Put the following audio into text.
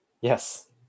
yes